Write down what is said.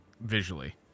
visually